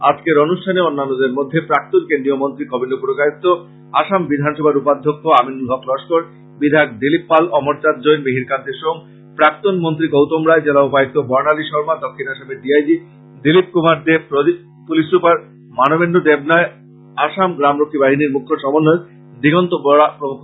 আজকের অনুষ্ঠানে অন্যান্যদের মধ্যে প্রাক্তন কেন্দ্রীয় মন্ত্রী কবীন্দ্র পুরকায়স্থ আসাম বিধানসভার উপাধ্যক্ষ আমিনূল হক লস্কর বিধায়ক দিলীপ পাল অমর চাঁদ জৈন মিহির কান্তি সোম প্রাক্তন মন্ত্রী গৌতম রায় জেলা উপায়ুক্ত বর্ণালী শর্মা দক্ষিন আসামের D I G Dilip Kumar Dey police super Manabendra Debroy Assam গ্রাম রক্ষী বাহিনীর মূখ্য সমন্বয়ক দীগন্ত বরা প্রমুখ